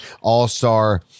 all-star